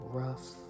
rough